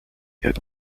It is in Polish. jak